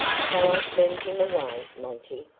shall i send him away, monty?